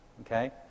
okay